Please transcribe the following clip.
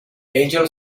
angel